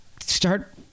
start